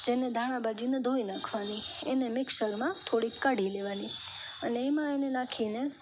જેને ધાણાભાજીને ધોઈ નાખવાની એને મિક્સરમાં થોડી કાઢી લેવાની અને એમાં એને નાખીને